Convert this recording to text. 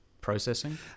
processing